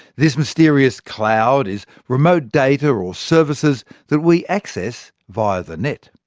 this mysterious cloud is remote data or or services that we access via the net.